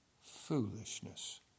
foolishness